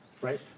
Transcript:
right